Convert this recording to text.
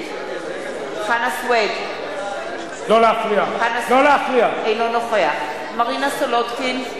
נגד חנא סוייד, אינו נוכח מרינה סולודקין,